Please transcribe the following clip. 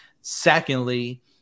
secondly